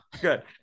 Good